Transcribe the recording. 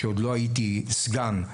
כשעוד לא הייתי סגן,